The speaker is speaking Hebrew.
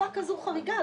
בתקופה כזו חריגה,